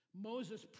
Moses